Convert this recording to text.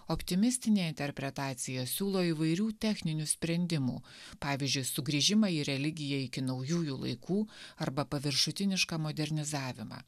optimistinė interpretacija siūlo įvairių techninių sprendimų pavyzdžiui sugrįžimą į religiją iki naujųjų laikų arba paviršutinišką modernizavimą